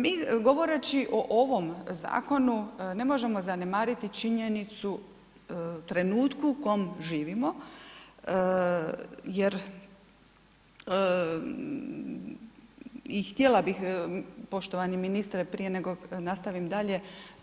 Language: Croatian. Mi govoreći o ovom zakonu, ne možemo zanemariti činjenicu trenutku u kom živimo jer i htjela bih, poštovani ministre, prije nego nastavim dalje,